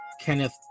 Kenneth